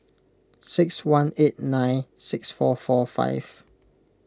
six one eight nine six four four five